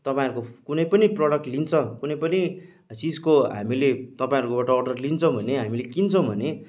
तपाईँहरूको कुनै पनि प्रडक्ट लिन्छ कुनै पनि चिजको हामीले तपाईँहरूकोबाट अर्डर लिन्छौँ भने हामीले किन्छौँ भने